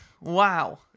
Wow